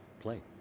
play